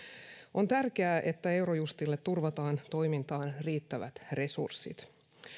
on tärkeää että eurojustille turvataan toimintaan riittävät resurssit